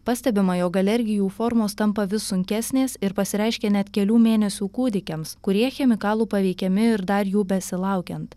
pastebima jog alergijų formos tampa vis sunkesnės ir pasireiškia net kelių mėnesių kūdikiams kurie chemikalų paveikiami ir dar jų besilaukiant